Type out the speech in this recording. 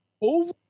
over